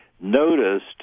noticed